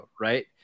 right